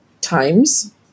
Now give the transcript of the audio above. times